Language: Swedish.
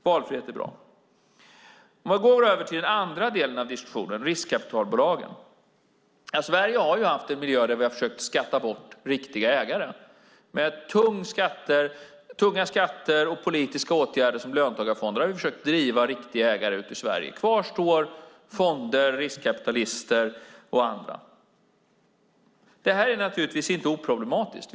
Valfrihet är bra. Om jag går över till den andra delen av diskussionen, riskkapitalbolagen, kan jag säga att Sverige haft en miljö där vi försökt skatta bort riktiga ägare. Med tunga skatter och politiska åtgärder som löntagarfonder har vi försökt driva riktiga ägare ut ur landet. Kvar står fonder, riskkapitalister och andra. Det är naturligtvis inte oproblematiskt.